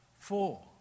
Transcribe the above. Four